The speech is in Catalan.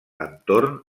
entorn